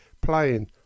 playing